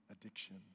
addiction